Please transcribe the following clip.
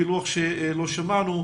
פילוח שלא שמענו,